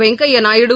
Venkaiah Naidu